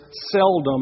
seldom